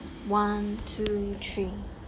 one two three